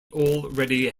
already